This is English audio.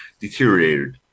deteriorated